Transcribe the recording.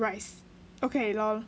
rice okay LOL